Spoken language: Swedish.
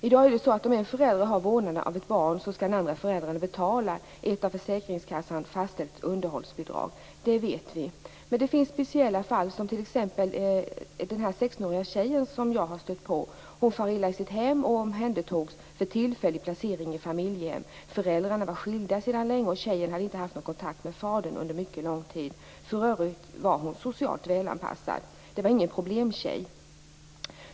I dag är det så att om en förälder har vårdnaden av ett barn skall den andra föräldern betala ett av försäkringskassan fastställt underhållsbidrag. Det vet vi. Men det finns speciella fall, t.ex. en 16-årig tjej som jag har stött på. Hon far illa i sitt hem och omhändertogs för en tillfällig placering i familjehem. Föräldrarna var skilda sedan länge, och tjejen hade inte haft någon kontakt med fadern under mycket lång tid. För övrigt var hon socialt väl anpassad. Det var ingen problemtjej.